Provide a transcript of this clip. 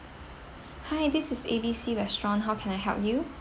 hi this is A B C restaurant how can I help you